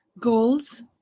Goals